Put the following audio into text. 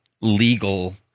legal